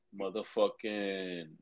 Motherfucking